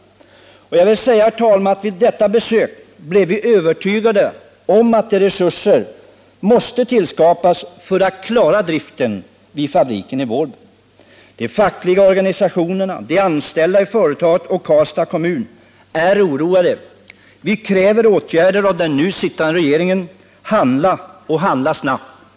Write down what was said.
Vid detta besök blev vi övertygade om att resurser måste tillskapas för att klara driften vid fabriken i Vålberg. De fackliga organisationerna, de anställda i företaget och Karlstads kommun är oroade. Vi kräver åtgärder av den nu sittande regeringen. Handla, och handla snabbt!